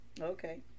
Okay